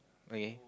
okay